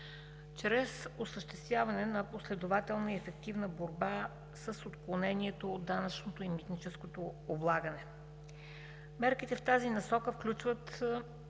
чрез осъществяване на последователна и ефективна борба с отклонението от данъчното и митническото облагане. Мерките в тази насока включват